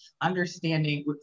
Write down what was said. understanding